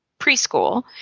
preschool